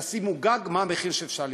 ותקבעו גג, מה המחיר שבו אפשר למכור.